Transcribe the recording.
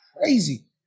crazy